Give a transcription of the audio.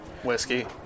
whiskey